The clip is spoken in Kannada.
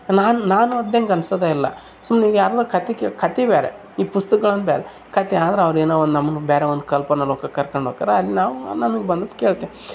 ನಾನು ನಾನು ಓದ್ದಂಗೆ ಅನ್ಸೋದೆ ಇಲ್ಲ ಸೋ ನೀವು ಯಾರನ್ನೋ ಕತೆ ಕೇಳಿ ಕತೆ ಬೇರೆ ಈ ಪುಸ್ತಕಗಳನ್ನು ಬೇರೆ ಕತೆ ಆದ್ರೆ ಅವರೇನೊ ಒಂದು ನಮ್ಗೆ ಬೇರೆ ಒಂದು ಕಲ್ಪನಾ ಲೋಕಕ್ಕೆ ಕರ್ಕೊಂಡ್ ಹೋಗ್ತಾರ ಅಲ್ಲಿ ನಾವು ನಮಗೆ ಬಂದದ್ದು ಕೇಳ್ತೇವೆ